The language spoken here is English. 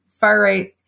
far-right